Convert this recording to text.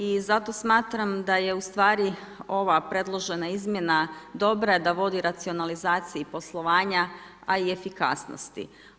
I zato smatram da je ustvari ova predložena izmjena dobra, da vodi racionalizaciji poslovanja a i efikasnosti.